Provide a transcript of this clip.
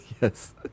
Yes